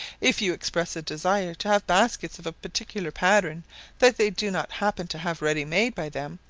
if you express a desire to have baskets of a particular pattern that they do not happen to have ready made by them,